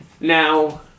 Now